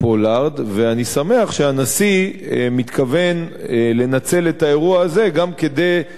ואני שמח שהנשיא מתכוון לנצל את האירוע הזה גם כדי לבקש,